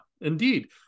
indeed